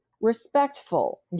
respectful